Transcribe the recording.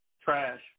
trash